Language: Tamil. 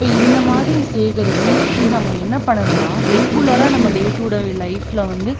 இப்போ இந்தமாதிரி சேகரிப்பை வந்து நம்ம என்ன பண்ணணும்னா ரெகுலராக நம்ம டே டு டே லைஃபில் வந்து